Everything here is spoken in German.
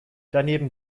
daneben